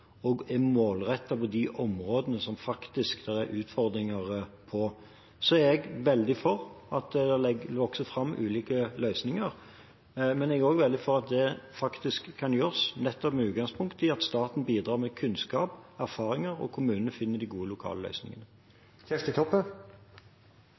og at de er målrettet mot de områdene som det faktisk er utfordringer på. Jeg er veldig for at det vokser fram ulike løsninger, men jeg er også veldig for at det faktisk kan gjøres nettopp med utgangspunkt i at staten bidrar med kunnskap og erfaringer, og at kommunene finner de lokale løsningene.